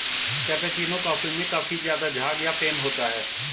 cappuccino coffee में काफी ज़्यादा झाग या फेन होता है